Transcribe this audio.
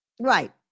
Right